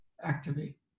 Activate